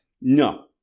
No